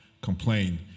complain